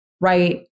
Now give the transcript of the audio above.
right